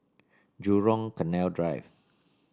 Jurong Canal Drive